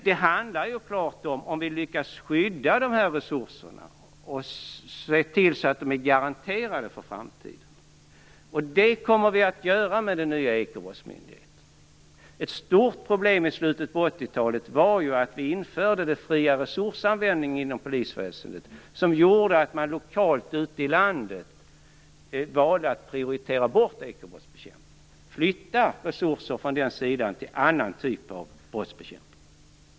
Det handlar ju så klart om ifall vi lyckas skydda dessa resurser och om att se till att de är garanterade för framtiden. Det kommer vi att göra med den nya ekobrottsmyndigheten. Ett stort problem i slutet på 80-talet var ju att vi införde den fria resursanvändningen inom Polisväsendet, som gjorde att man lokalt ute i landet valde att prioritera bort ekobrottsbekämpningen. Man flyttade resurser för ekobrottsbekämpningen till annan typ av brottsbekämpning.